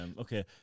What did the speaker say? Okay